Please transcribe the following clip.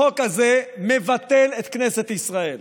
החוק הזה מבטל את כנסת ישראל.